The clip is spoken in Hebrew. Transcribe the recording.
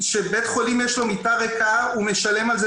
כשלבית חולים יש מיטה ריקה הוא משלם על זה